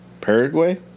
Paraguay